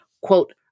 quote